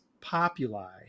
Populi